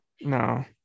No